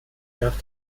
nach